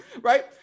right